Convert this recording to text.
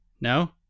No